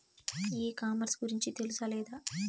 ఈ కామర్స్ గురించి తెలుసా లేదా?